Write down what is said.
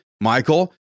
Michael